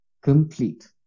complete